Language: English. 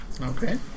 Okay